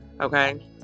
okay